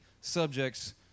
subjects